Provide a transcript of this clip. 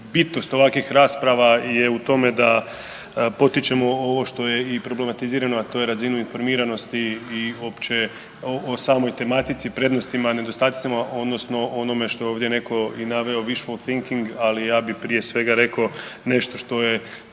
bitnost ovakvih rasprava je u tome da potičemo ovo što je i problematizirano, a to je razinu informatiziranosti i uopće o samoj tematici, prednostima i nedostacima odnosno onome što je ovdje netko i naveo …/Govornik se ne razumije/…, ali ja bi prije svega rekao nešto što je